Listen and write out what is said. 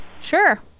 Sure